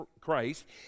Christ